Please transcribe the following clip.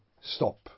stop